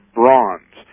bronze